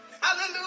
Hallelujah